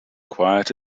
quiet